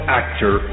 actor